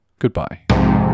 Goodbye